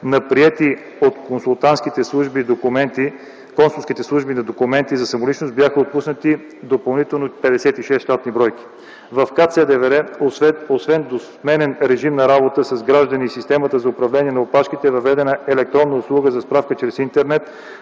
на приети от консулските служби документи за самоличност, бяха отпуснати допълнително 56 щатни бройки. В КАТ, СДВР освен двусменен режим на работа с граждани и системата за управление на опашките е въведена електронна услуга за справка чрез интернет